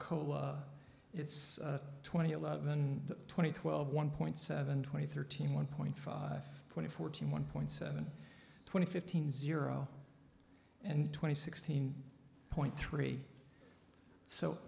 code it's twenty eleven twenty twelve one point seven twenty thirteen one point five twenty fourteen one point seven twenty fifteen zero and twenty sixteen point three so